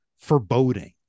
foreboding